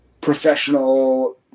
professional